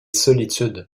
solitude